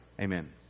Amen